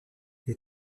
les